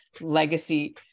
legacy